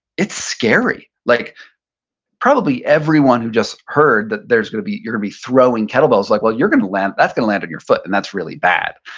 it's scary. like probably everyone who just heard that there's gonna be, you're gonna be throwing kettlebells is like, well, you're gonna land, that's gonna land on your foot, and that's really bad.